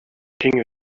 king